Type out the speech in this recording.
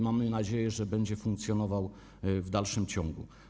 Mamy nadzieję, że będzie funkcjonował w dalszym ciągu.